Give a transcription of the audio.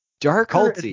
darker